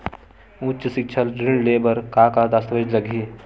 उच्च सिक्छा ऋण ले बर का का दस्तावेज लगही?